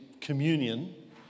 communion